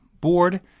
board